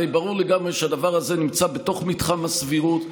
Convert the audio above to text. הרי ברור לגמרי שהדבר הזה נמצא בתוך מתחם הסבירות,